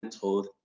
told